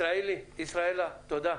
ישראלה, תודה.